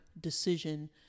decision